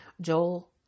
Joel